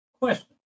Question